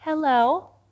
hello